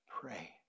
pray